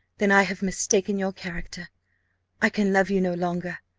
then i have mistaken your character i can love you no longer.